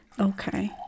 okay